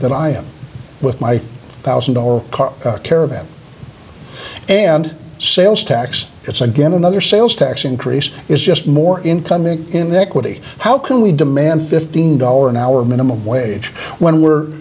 that i am with my thousand dollar car care of that and sales tax it's again another sales tax increase is just more income in inequity how can we demand fifteen dollars an hour minimum wage when we're